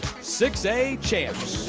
six a champs.